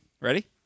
Ready